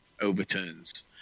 overturns